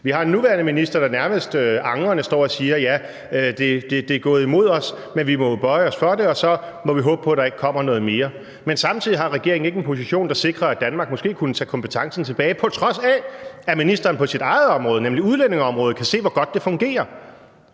vi har en nuværende minister, der nærmest angrende står og siger: Ja, det er gået imod os, men vi må jo bøje os for det, og så må vi håbe på, at der ikke kommer noget mere. Men samtidig har regeringen ikke en position, der sikrer, at Danmark måske kunne tage kompetencen tilbage, på trods af at ministeren på sit eget område, nemlig udlændingeområdet, kan se, hvor godt det fungerer.